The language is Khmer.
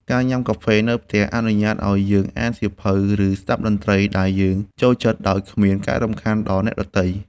ការញ៉ាំកាហ្វេនៅផ្ទះអនុញ្ញាតឱ្យយើងអានសៀវភៅ ឬស្ដាប់តន្ត្រីដែលយើងចូលចិត្តដោយគ្មានការរំខានដល់អ្នកដទៃ។